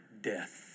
death